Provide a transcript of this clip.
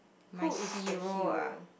who is your hero